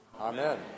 Amen